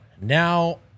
now